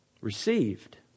received